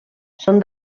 són